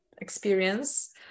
experience